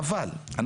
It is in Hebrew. חבל,